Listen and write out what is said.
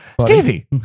Stevie